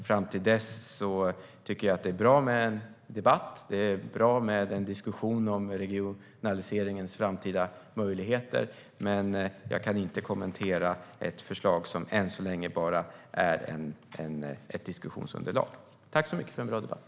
Fram till dess tycker jag att det är bra med en debatt och en diskussion om regionaliseringens framtida möjligheter, men jag kan inte kommentera ett förslag som än så länge bara är ett diskussionsunderlag. Tack för en bra debatt!